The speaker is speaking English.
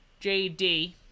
JD